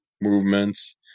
movements